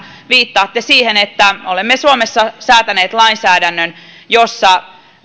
viittaatte siihen että olemme suomessa säätäneet lainsäädännön jossa